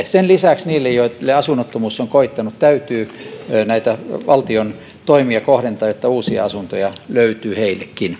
sen lisäksi niille joille asunnottomuus on koittanut täytyy näitä valtion toimia kohdentaa jotta uusia asuntoja löytyy heillekin